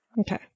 Okay